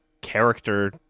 character